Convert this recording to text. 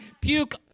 puke